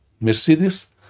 Mercedes